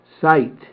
sight